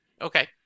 okay